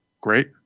great